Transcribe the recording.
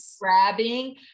grabbing